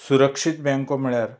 सुरक्षीत बँको म्हणल्यार